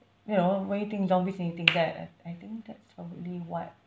you know when you think zombies and you think that I I think that's probably what